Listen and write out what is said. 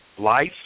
Life